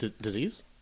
disease